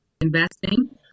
investing